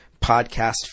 podcast